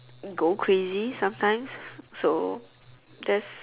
go crazy sometime so that's